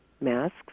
masks